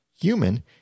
human